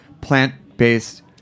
plant-based